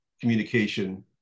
communication